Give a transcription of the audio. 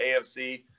AFC